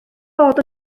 bod